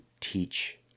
teach